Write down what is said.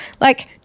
Like-